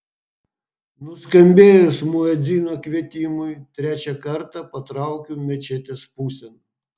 nuskambėjus muedzino kvietimui trečią kartą patraukiu mečetės pusėn